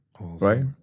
right